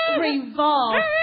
revolve